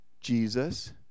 Jesus